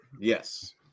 Yes